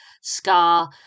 Scar